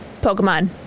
Pokemon